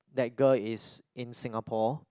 that girl is in Singapore